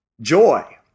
joy